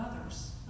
others